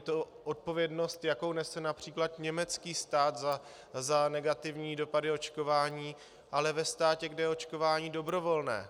Je to odpovědnost, jakou nese např. německý stát za negativní dopady očkování, ale ve státě, kde je očkování dobrovolné.